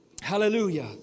Hallelujah